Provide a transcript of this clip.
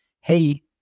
hey